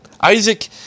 Isaac